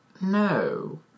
No